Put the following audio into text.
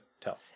tell